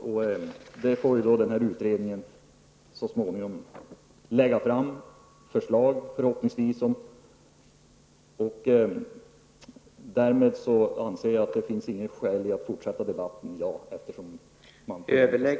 Från utredningen kommer så småningom förhoppningsvis att läggas fram förslag av denna innebörd. Med hänsyn till detta anser jag att det inte finns något skäl till att fortsätta debatten i dag.